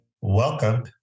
Welcome